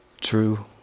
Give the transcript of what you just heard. true